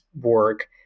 work